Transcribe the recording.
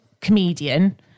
comedian